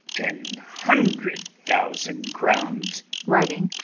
ten hundred thousand crowns writing